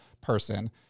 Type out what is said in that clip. person